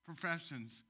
Professions